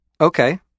Okay